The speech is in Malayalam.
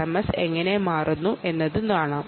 Vrms Irms എങ്ങനെ മാറുന്നു എന്നത് നോക്കാം